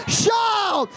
shout